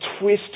twist